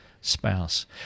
spouse